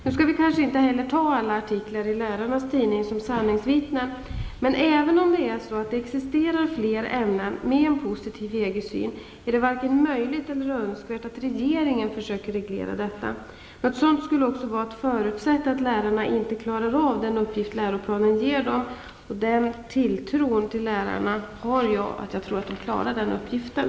Nu skall vi kanske inte heller ta alla artiklar i Lärarnas Tidning som sanningsvittnen. Men även om det är så att det existerar fler läromedel med en positiv EG-syn, är det varken möjligt eller önskvärt att regeringen söker reglera detta. Något sådant skulle också vara att förutsätta att lärarna inte klarar av den uppgift läroplanen ger dem. Den tilltron till lärarna har jag att jag tror att de klarar av den uppgiften.